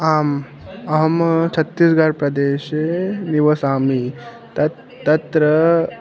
आम् अहं छत्तीस्गड् प्रदेशे निवसामि तत् तत्र